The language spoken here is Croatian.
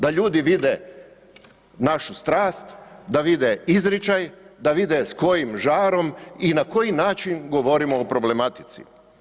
Da ljudi vide naši strast, da vide izričaj, da vide s kojim žarom i na koji način govorimo o problematici.